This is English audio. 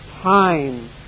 time